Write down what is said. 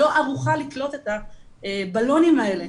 לא ערוכה לקלוט את הבלונים האלה,